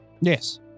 Yes